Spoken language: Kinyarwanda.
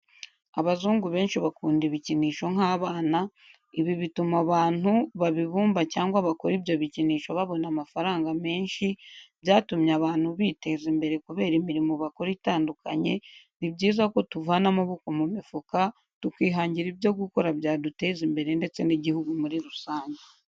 Abazungu benshi bakunda ibikinisho nk'abana, ibi bituma abantu babibumba cyangwa bakora ibyo bikinisho babona amafaranga menshi, byatumye abantu biteza imbere kubera imirimo bakora itandukanye, ni byiza ko tuvana amaboko mu mifuka tukihangira ibyo gukora bya duteza imbere ndetse n'igihugu muri rusange.